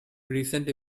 recent